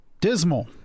Dismal